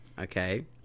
Okay